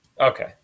Okay